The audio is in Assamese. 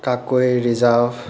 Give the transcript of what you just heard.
কাকৈ ৰিজাৰ্ভ